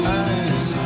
eyes